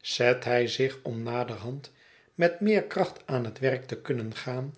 zet hij zich om naderhand met meer kracht aan het werk te kunnen gaan